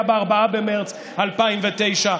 היה ב-4 במרץ 2009: